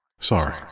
Sorry